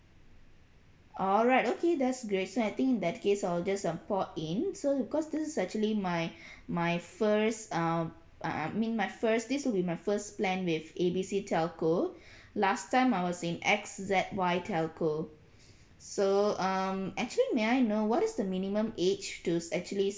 alright okay that's great so I think in that case I'll just uh port in so because this is actually my my first um I I mean my first this will be my first plan with A B C telco last time I was with X Z Y telco so um actually may I know what is the minimum age to actually